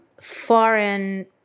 foreign